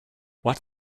what